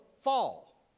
fall